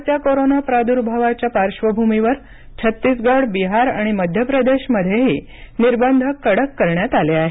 वाढत्या कोरोना प्रादूर्भावाचा पार्श्वभूमीवर छत्तीसगड बिहार आणि मध्य प्रदेश मध्येही निर्बंध कडक करण्यात आले आहेत